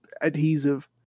adhesive